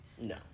No